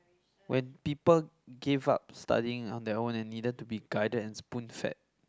when people give up studying on their own and needed to be guided and spoon fed